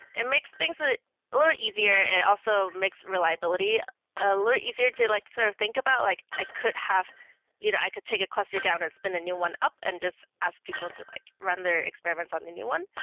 it makes things a little bit easier and also makes reliability ah little easier to like sort of think about like i could have you know i could take a cluster down and spend a new one up and just ask people to like run their experiments on the new one.